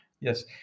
Yes